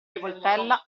rivoltella